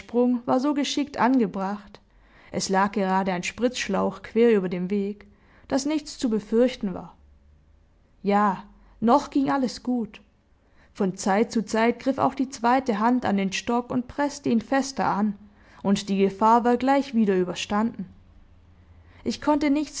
war so geschickt angebracht es lag gerade ein spritzschlauch quer über dem weg daß nichts zu befürchten war ja noch ging alles gut von zeit zu zeit griff auch die zweite hand an den stock und preßte ihn fester an und die gefahr war gleich wieder überstanden ich konnte nichts